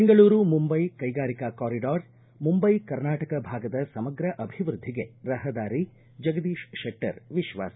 ಬೆಂಗಳೂರು ಮುಂಬೈ ಕೈಗಾರಿಕಾ ಕಾರಿಡಾರ್ ಮುಂಬೈ ಕರ್ನಾಟಕ ಭಾಗದ ಸಮಗ್ರ ಅಭಿವೃದ್ದಿಗೆ ರಹದಾರಿ ಜಗದೀಶ್ ಶೆಟ್ಟರ್ ವಿಶ್ವಾಸ